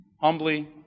humbly